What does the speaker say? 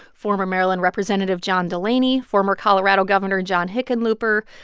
former maryland representative john delaney, former colorado governor john hickenlooper,